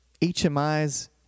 HMIs